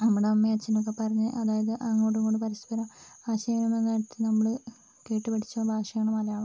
നമ്മുടെ അമ്മയും അച്ഛനുമൊക്കെ പറഞ്ഞ് അതായത് അങ്ങോട്ടുമിങ്ങോട്ടും പരസ്പരം ആശയവിനിമയം നടത്തി നമ്മൾ കേട്ടു പഠിച്ച ഭാഷയാണ് മലയാളം